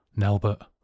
Nelbert